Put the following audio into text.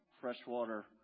freshwater